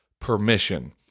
permission